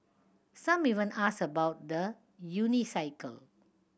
some even ask about the unicycle